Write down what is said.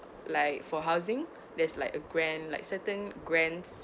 like for housing there's like a grant like certain grants